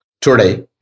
Today